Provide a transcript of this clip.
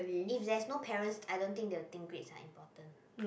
if there's no parents I don't think they will think grades are important